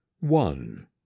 one